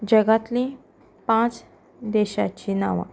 जगांतली पांच देशांची नांवां